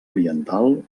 oriental